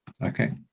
Okay